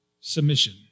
submission